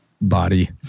body